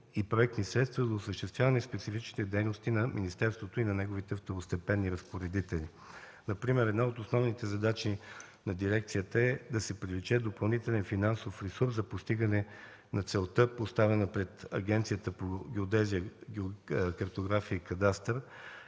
и проектни средства за осъществяване специфичните дейности на министерството и на неговите второстепенни разпоредители. Например една от основните задачи на дирекцията е да се привлече допълнителен финансов ресурс за постигане на целта, поставена пред Агенцията по геодезия, картография и кадастър,